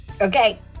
okay